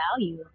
value